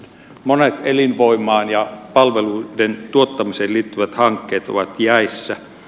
monet elinvoimaan ja palveluiden tuottamiseen liittyvät hankkeet ovat jäissä